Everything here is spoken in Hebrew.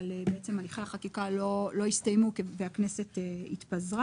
אבל הליכי החקיקה לא הסתיימו והכנסת התפזרה,